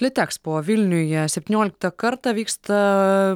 litexpo vilniuje septynioliktą kartą vyksta